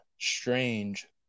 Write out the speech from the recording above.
Strange